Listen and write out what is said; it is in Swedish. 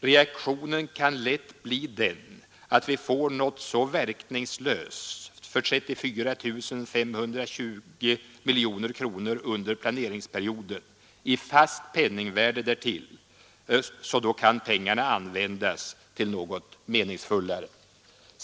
Reaktionen kan lätt bli den att får vi något så verkningslöst för 34 520 miljoner kronor under planeringsperioden, i fast penningvärde därtill, så kan pengarna användas till något meningsfullare.